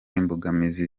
imbogamizi